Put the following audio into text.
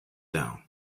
down